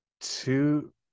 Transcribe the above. two